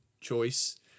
choice